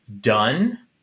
done